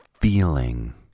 feeling